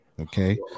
Okay